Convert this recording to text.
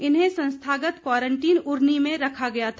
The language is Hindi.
इन्हें संस्थागत क्वारंटीन उरनी में रखा गया था